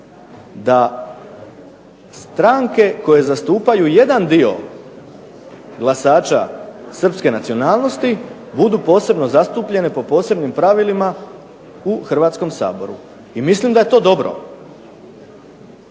da stranke koje zastupaju jedan dio glasača srpske nacionalnosti budu posebno zastupljene po posebnim pravilima u Hrvatskom saboru. I mislim da je to dobro.